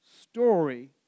story